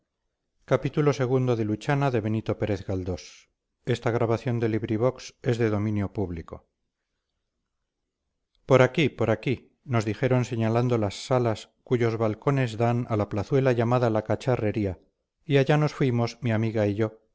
miedo por aquí por aquí nos dijeron señalando las salas cuyos balcones dan a la plazuela llamada la cacharrería y allá nos fuimos mi amiga y yo